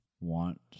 want